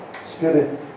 spirit